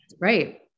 Right